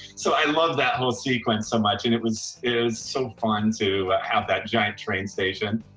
so i love that whole sequence so much and it was it was so fun to have that giant train station.